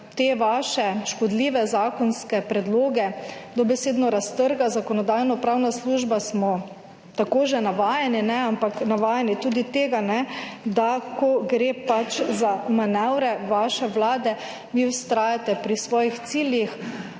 te vaše škodljive zakonske predloge dobesedno raztrga Zakonodajno-pravna služba smo tako že navajeni, ampak navajeni tudi tega, da ko gre pač za manevre vaše Vlade vi vztrajate pri svojih ciljih